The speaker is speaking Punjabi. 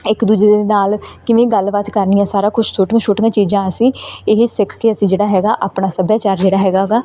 ਇੱਕ ਦੂਜੇ ਦੇ ਨਾਲ ਕਿਵੇਂ ਗੱਲ ਬਾਤ ਕਰਨੀ ਹੈ ਸਾਰਾ ਕੁਛ ਛੋਟੀਆਂ ਛੋਟੀਆਂ ਚੀਜ਼ਾਂ ਅਸੀਂ ਇਹ ਹੀ ਸਿੱਖ ਕੇ ਅਸੀਂ ਜਿਹੜਾ ਹੈਗਾ ਆਪਣਾ ਸੱਭਿਆਚਾਰ ਜਿਹੜਾ ਹੈਗਾ ਗਾ